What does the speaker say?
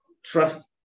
Trust